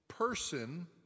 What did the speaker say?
person